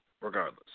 regardless